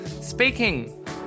Speaking